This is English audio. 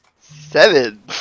Seven